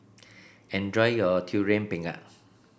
enjoy your Durian Pengat